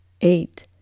eight